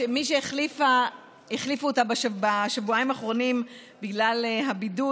למי שהחליפו אותה בשבועיים האחרונים בגלל הבידוד,